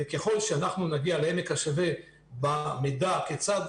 וככול שאנחנו נגיע לעמק השווה במידע כיצד